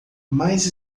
mais